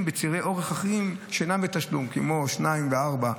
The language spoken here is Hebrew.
בצירי אורך אחרים שאינם בתשלום" כמו 2 ו-4,